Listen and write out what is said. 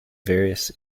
various